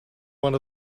one